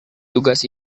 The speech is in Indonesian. tugas